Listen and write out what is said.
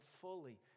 fully